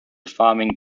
farming